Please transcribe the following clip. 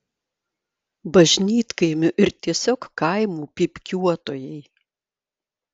bažnytkaimių ir tiesiog kaimų pypkiuotojai